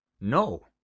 No